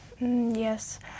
Yes